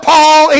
Paul